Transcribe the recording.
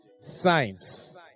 science